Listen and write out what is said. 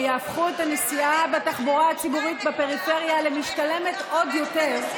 שיהפכו את הנסיעה בתחבורה הציבורית בפריפריה למשתלמת עוד יותר.